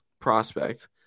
prospect